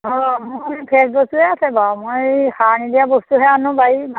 অ মোৰ ফ্ৰেছ বস্তুৱে আছে বাৰু মই সাৰ নিদিয়া বস্তুহে আনো বাৰীৰ